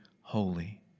holy